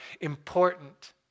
important